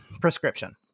prescription